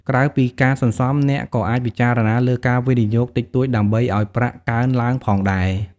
ក្រៅពីការសន្សំ អ្នកក៏អាចពិចារណាលើការវិនិយោគតិចតួចដើម្បីឲ្យប្រាក់កើនឡើងផងដែរ។